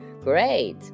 Great